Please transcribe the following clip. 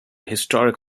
historic